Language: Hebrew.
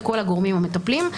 את כל הגורמים המטפלים,